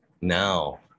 now